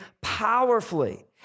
powerfully